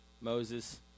Moses